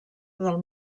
del